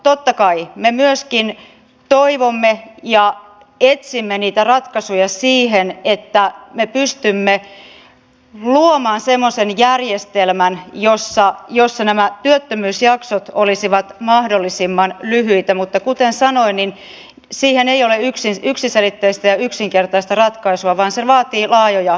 totta kai me myöskin toivomme ja etsimme niitä ratkaisuja siihen että me pystymme luomaan semmoisen järjestelmän jossa nämä työttömyysjaksot olisivat mahdollisimman lyhyitä mutta kuten sanoin siihen ei ole yksiselitteistä ja yksinkertaista ratkaisua vaan se vaatii laajoja eri toimenpiteitä